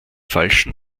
falschen